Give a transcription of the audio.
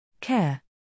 care